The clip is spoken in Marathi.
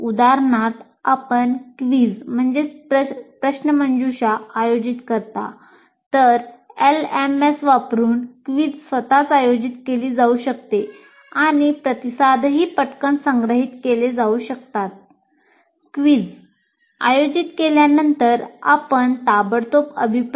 उदाहरणार्थ एलएमएससाठी वापरून क्विझ स्वतःच आयोजित केली जाऊ शकते आणि प्रतिसादही पटकन संग्रहित केले जाऊ शकतात